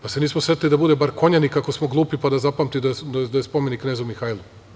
Kako se nismo setili da bude bar "konjanik", ako smo glupi pa da zapamtimo da je spomenik knezu Mihajlu?